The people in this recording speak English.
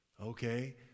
Okay